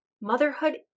Motherhood